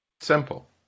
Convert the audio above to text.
simple